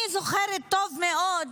אני זוכרת טוב מאוד